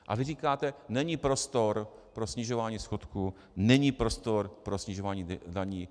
A vy říkáte: Není prostor pro snižování schodku, není prostor pro snižování daní.